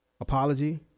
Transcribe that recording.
apology